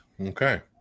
okay